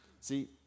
See